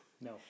No